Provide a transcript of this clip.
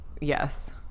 yes